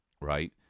right